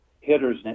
hitters